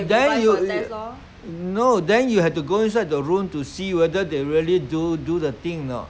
then you you no then you have to go inside the room to see whether they really do do the thing or not